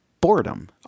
boredom